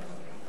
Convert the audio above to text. תודה.